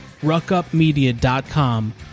RuckUpMedia.com